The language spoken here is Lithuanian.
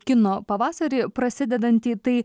kino pavasarį prasidedantį tai